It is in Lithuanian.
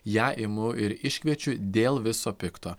ją imu ir iškviečiu dėl viso pikto